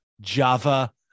Java